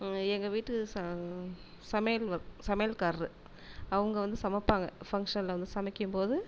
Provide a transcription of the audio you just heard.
எங்கள் வீட்டு ச சமையல் ஒர்க் சமையல்காரர் அவங்க வந்து சமைப்பாங்க ஃபங்க்ஷனில் வந்து சமைக்கும்போது